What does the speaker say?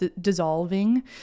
dissolving